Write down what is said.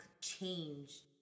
change